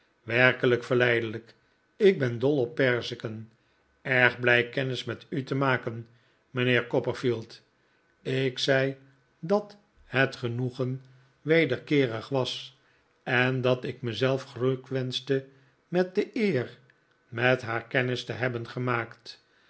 werkelijk verleidelijk ik ben dol op perziken erg blij kennis met u te maken mijnheer copperfield ik zei dat het genoegen wederkeerig was en dat ik mezelf gelukwenschte met de eer met haar kennis te hebben gemaakt